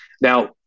Now